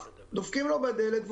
דופקים לו בדלת,